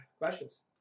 questions